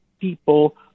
people